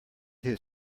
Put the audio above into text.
his